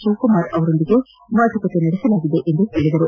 ಶಿವಕುಮಾರ್ ಅವರೊಂದಿಗೆ ಮಾತುಕತೆ ನಡೆಸಲಾಗಿದೆ ಎಂದು ತಿಳಿಸಿದರು